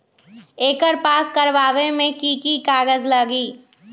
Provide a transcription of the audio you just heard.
एकर पास करवावे मे की की कागज लगी?